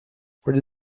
where